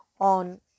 on